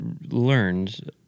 learned